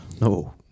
No